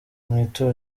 rye